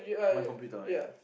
my computer ya